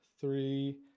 three